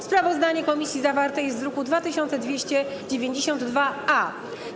Sprawozdanie komisji zawarte jest w druku nr 2292-A.